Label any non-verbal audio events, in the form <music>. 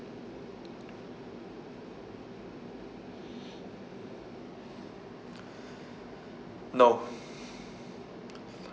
<breath> no <breath>